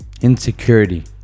insecurity